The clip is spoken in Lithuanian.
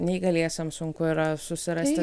neįgaliesiems sunku yra susirasti